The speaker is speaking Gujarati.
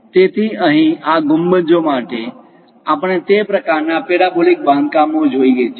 તેથી અહીં આ ગુંબજો માટે આપણે તે પ્રકારના પેરાબોલિક બાંધકામો જોઈએ છીએ